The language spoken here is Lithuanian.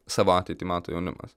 savo ateitį mato jaunimas